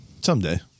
Someday